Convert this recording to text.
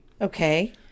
Okay